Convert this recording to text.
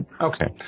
Okay